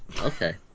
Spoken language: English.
okay